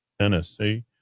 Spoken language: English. Tennessee